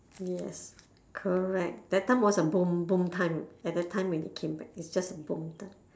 yes correct that time was a boom boom time at that time when you came back it's just a boom time